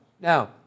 Now